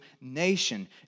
nation